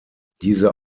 diese